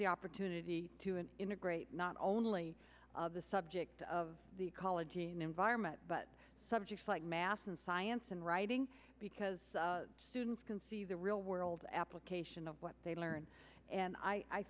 the opportunity to and integrate not only the subject of the ecology and environment but subjects like math and science and writing because students can see the real world application of what they learn and i